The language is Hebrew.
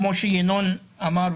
כמו שינון אמר,